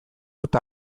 dut